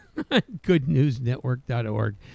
goodnewsnetwork.org